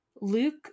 Luke